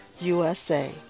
USA